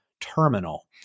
terminal